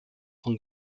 von